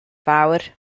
fawr